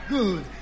Good